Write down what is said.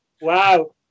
Wow